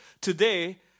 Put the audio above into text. today